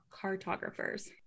cartographers